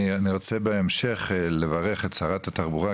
אני רוצה בהמשך לברך את שרת התחבורה,